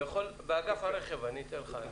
באגף הרכב אני אתן לך.